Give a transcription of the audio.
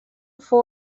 fou